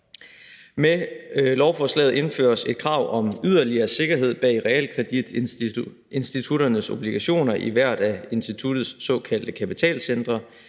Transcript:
Med lovforslaget indføres et krav om yderligere sikkerhed bag realkreditinstitutternes obligationer i hvert af instituttets såkaldte kapitalcentre